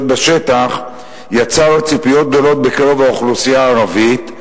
בשטח יצר ציפיות גדולות בקרב האוכלוסייה הערבית,